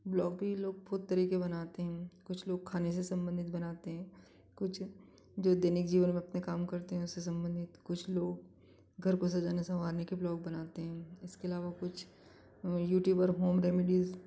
blog भी लोग बहुत तरह के बनाते हैं कुछ लोग खाने से सम्बंधित बनाते हैं कुछ जो दैनिक जीवन में अपने काम करते हैं उससे सम्बंधित कुछ लोग घर को सजाने संवारने के ब्लॉग बनाते हैं इसके अलावा कुछ यूट्यूबर होम रेमेडिज़